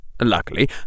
luckily